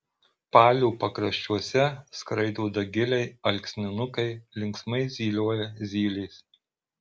palių pakraščiuose skraido dagiliai alksninukai linksmai zylioja zylės